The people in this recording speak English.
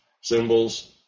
symbols